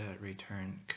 return